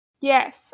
Yes